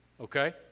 Okay